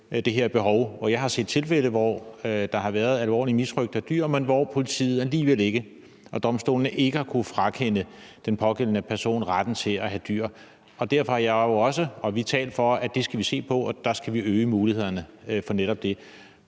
mit nærområde, og jeg har set tilfælde, hvor der har været alvorlig misrøgt af dyr, men hvor politiet og domstolene alligevel ikke har kunnet frakende den pågældende person retten til at have dyr. Derfor har jeg og vi jo også talt for, at det er noget, vi skal se på, og at vi skal øge mulighederne for netop det.